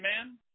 Amen